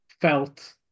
felt